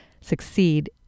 succeed